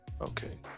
Okay